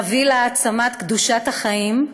נביא להעצמת קדושת החיים,